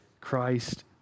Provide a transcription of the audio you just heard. Christ